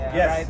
yes